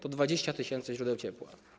To 20 tys. źródeł ciepła.